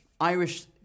Irish